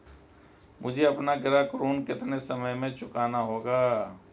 मुझे अपना गृह ऋण कितने समय में चुकाना होगा?